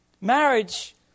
Marriage